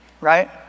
right